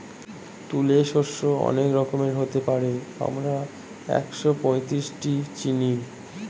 তুলে শস্য অনেক রকমের হতে পারে, আমরা একশোপঁয়ত্রিশটি চিনি